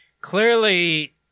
clearly